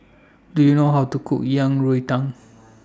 Do YOU know How to Cook Yang Rou Tang